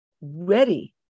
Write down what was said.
ready